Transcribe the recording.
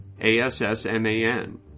A-S-S-M-A-N